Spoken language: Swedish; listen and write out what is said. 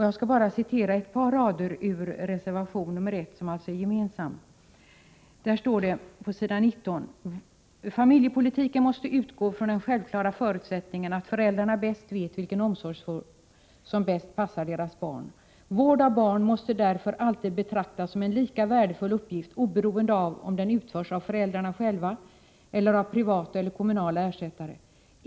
Jag citerar några rader på s. 19 ur den gemensamma reservationen nr 1: ”Familjepolitiken måste utgå från den självklara förutsättningen att föräldrarna bäst vet vilken omsorgsform som bäst passar deras barn. Vård av barn måste därför alltid betraktas som en lika värdefull uppgift oberoende av om den utförs av föräldrarna själva eller av privata eller kommunala ersättare.